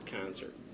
concert